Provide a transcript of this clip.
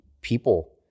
people